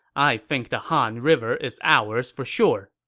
i think the han river is ours for sure.